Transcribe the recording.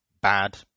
bad